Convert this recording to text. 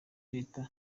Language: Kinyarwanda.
leta